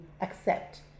accept